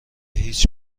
هیچ